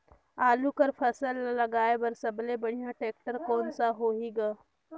आलू कर फसल ल लगाय बर सबले बढ़िया टेक्टर कोन सा होही ग?